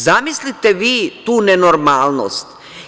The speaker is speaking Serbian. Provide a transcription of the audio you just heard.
Zamislite vi tu nenormalnost.